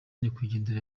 nyakwigendera